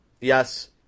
yes